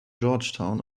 georgetown